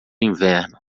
inverno